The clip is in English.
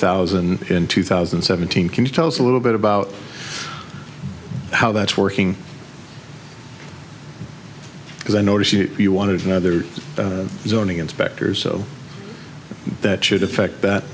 thousand in two thousand and seventeen can you tell us a little bit about how that's working because i noticed you wanted another zoning inspectors so that should affect that